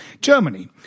Germany